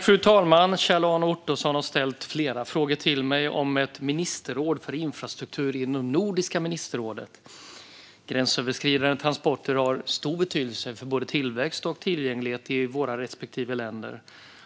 Fru talman! Kjell-Arne Ottosson har ställt flera frågor till mig om ett ministerråd för infrastruktur inom Nordiska ministerrådet. Gränsöverskridande transporter har stor betydelse för både tillväxt och tillgänglighet i våra respektive länder.